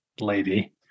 lady